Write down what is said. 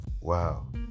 wow